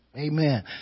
Amen